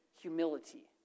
humility